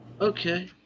Okay